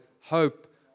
hope